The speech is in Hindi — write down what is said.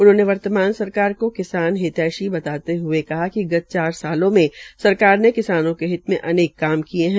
उन्होंने वर्तमान सरकार को किसान हितैषी बताते हये कहा िक गत चार सालो में सरकार ने किसान के हित मे अनेक काम किये है